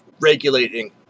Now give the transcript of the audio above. regulating